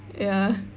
ya